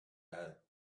had